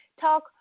Talk